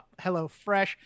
HelloFresh